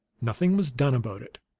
nothing was done about it.